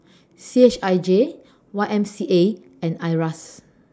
C H I J Y M C A and IRAS